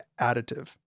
additive